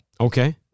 Okay